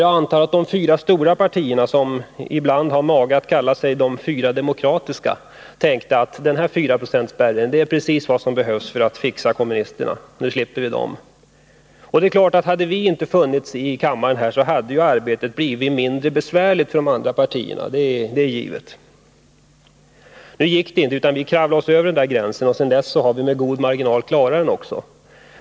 Jag antar att de fyra stora partierna, som ibland har mage att kalla sig de fyra demokratiska, tänkte att en 4-procentsspärr var precis vad som behövdes för att fixa kommunisterna. Nu skulle man slippa dem! Och det är klart att hade vi inte funnits här i kammaren, så hade arbetet blivit mindre besvärligt för de andra partierna — det är givet. Nu gick inte det. Vi kravlade oss över gränsen och har sedan dess med god marginal klarat den.